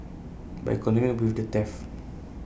but he continued with the theft